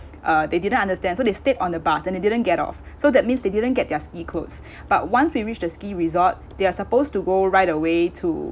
uh they didn't understand so they stayed on the bus and they didn't get off so that means they didn't get their ski clothes but once we reached the ski resort they are supposed to go right away to